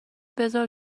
بزار